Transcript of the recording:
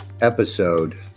episode